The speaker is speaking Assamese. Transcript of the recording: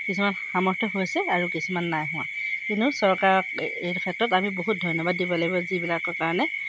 কিছুমান সামৰ্থ্য হৈছে আৰু কিছুমান নাই হোৱা কিন্তু চৰকাৰক এই ক্ষেত্ৰত আমি বহুত ধন্যবাদ দিব লাগিব যিবিলাকৰ কাৰণে